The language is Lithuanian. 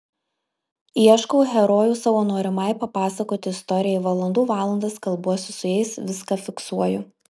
ieškau herojų savo norimai papasakoti istorijai valandų valandas kalbuosi su jais viską fiksuoju